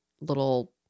little